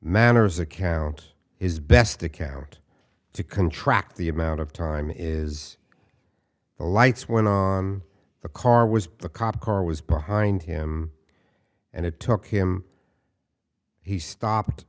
manners account his best account to contract the amount of time is the lights went on the car was the cop car was behind him and it took him he stopped